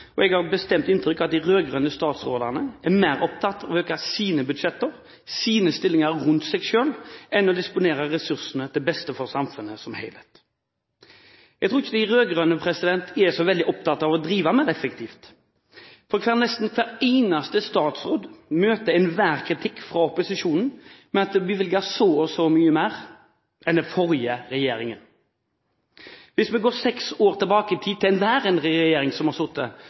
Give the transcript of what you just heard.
og jeg har et bestemt inntrykk av at de rød-grønne statsrådene er mer opptatt av å øke sine budsjetter og antall stillinger rundt seg selv enn å disponere ressursene til beste for samfunnet som helhet. Jeg tror ikke de rød-grønne er så veldig opptatt av å drive mer effektivt. Nesten hver eneste statsråd møter enhver kritikk fra opposisjonen med at de har bevilget så og så mye mer enn den forrige regjeringen. Hvis vi går seks år tilbake i tid fra enhver regjering som har